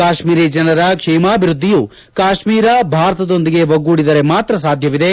ಕಾಶ್ಮೀರಿ ಜನರ ಕ್ಷೇಮಾಭಿವ್ಯದ್ದಿಯು ಕಾಶ್ಮೀರ ಭಾರತದೊಂದಿಗೆ ಒಗ್ಗೂಡಿದರೆ ಮಾತ್ರ ಸಾಧ್ಯವಿದೆ